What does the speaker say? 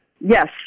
Yes